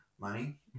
money